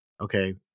okay